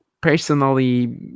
personally